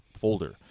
folder